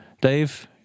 Dave